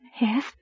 Yes